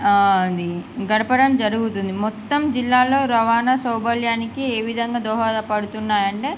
అది గడపడం జరుగుతుంది మొత్తం జిల్లాలో రవాణా సౌబల్యానికి ఏ విధంగా దోహద పడుతున్నాయంటే